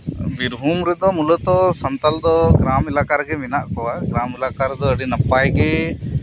ᱵᱤᱨᱵᱷᱩᱢ ᱨᱮᱫᱚ ᱢᱩᱞᱚᱛᱚ ᱥᱟᱱᱛᱟᱲ ᱫᱚ ᱜᱨᱟᱢ ᱮᱞᱟᱠᱟ ᱨᱮᱜᱮ ᱢᱮᱱᱟᱜ ᱠᱚᱣᱟ ᱜᱨᱟᱢ ᱮᱞᱟᱠᱟᱨᱮᱫᱚ ᱟᱹᱰᱤ ᱱᱟᱯᱟᱭᱜᱮ